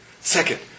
Second